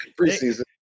preseason